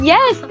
Yes